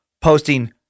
Posting